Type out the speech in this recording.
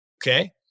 Okay